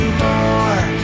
more